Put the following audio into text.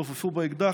נופפו באקדח,